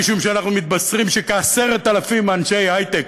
אנחנו מתבשרים שכ-10,000 אנשי הייטק